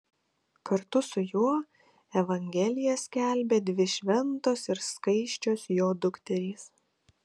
kartu su juo evangeliją skelbė dvi šventos ir skaisčios jo dukterys